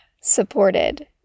supported